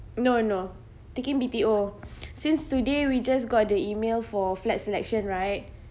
no no taking B_T_O since today we just got the email for flat selection right